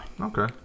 Okay